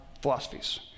philosophies